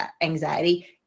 anxiety